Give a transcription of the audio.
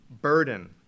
burden